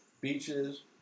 Beaches